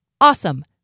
awesome